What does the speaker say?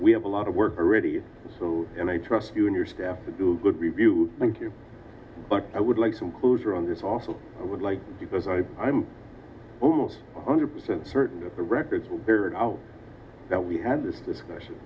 we have a lot of work already in a trust you and your staff to do a good review thank you but i would like some closure on this also i would like because i i'm almost one hundred percent certain that the records will bear it out that we had this discussion